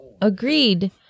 Agreed